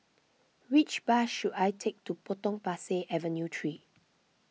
which bus should I take to Potong Pasir Avenue three